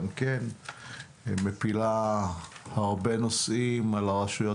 היא מפילה הרבה נושאים על הרשויות